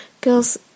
girls